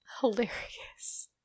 hilarious